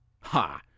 Ha